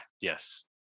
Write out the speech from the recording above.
yes